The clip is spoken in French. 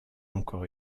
encore